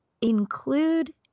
Include